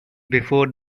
before